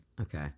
Okay